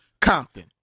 Compton